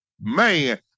Man